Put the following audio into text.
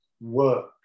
work